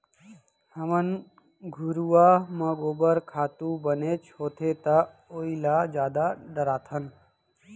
हमन घुरूवा म गोबर खातू बनेच होथे त ओइला जादा डारथन